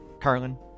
Carlin